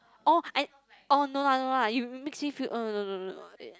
orh I orh no lah no lah you makes me feel uh no no no